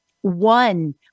one